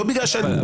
תשמע,